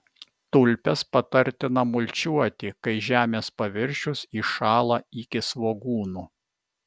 tulpes patartina mulčiuoti kai žemės paviršius įšąla iki svogūnų